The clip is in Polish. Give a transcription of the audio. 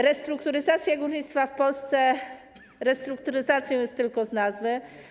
Restrukturyzacja górnictwa w Polsce restrukturyzacją jest tylko z nazwy.